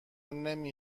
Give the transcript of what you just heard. نمی